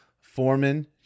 Foreman